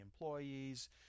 employees